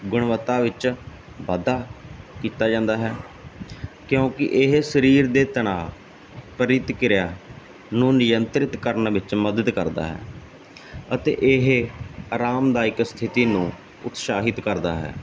ਗੁਣਵੱਤਾ ਵਿੱਚ ਵਾਧਾ ਕੀਤਾ ਜਾਂਦਾ ਹੈ ਕਿਉਂਕਿ ਇਹ ਸਰੀਰ ਦੇ ਤਨਾਅ ਪ੍ਰਤੀਕਿਰਿਆ ਨੂੰ ਨਿਯੰਤਰਿਤ ਕਰਨ ਵਿੱਚ ਮਦਦ ਕਰਦਾ ਹੈ ਅਤੇ ਇਹ ਆਰਾਮਦਾਇਕ ਸਥਿਤੀ ਨੂੰ ਉਤਸ਼ਾਹਿਤ ਕਰਦਾ ਹੈ